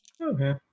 Okay